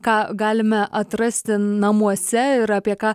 ką galime atrasti namuose ir apie ką